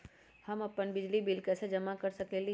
हम अपन बिजली बिल कैसे जमा कर सकेली?